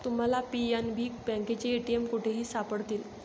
तुम्हाला पी.एन.बी बँकेचे ए.टी.एम कुठेही सापडतील